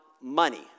money